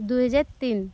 ଦୁଇ ହଜାର ତିନି